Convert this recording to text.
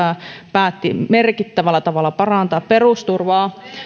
päätti merkittävällä tavalla parantaa perusturvaa